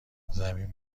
زمین